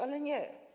Ale nie.